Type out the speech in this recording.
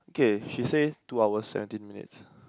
okay she say two hours seventeen minutes